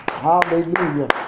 hallelujah